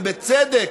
ובצדק,